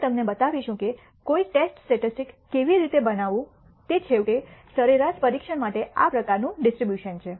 અમે તમને બતાવીશું કે કોઈ ટેસ્ટ સ્ટેટિસ્ટિક્સ કેવી રીતે બનાવવું તે છેવટે સરેરાશ પરીક્ષણ માટે આ પ્રકારનું ડિસ્ટ્રીબ્યુશન છે